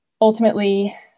ultimately